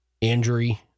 injury